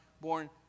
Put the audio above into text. born